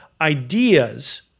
Ideas